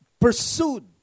pursued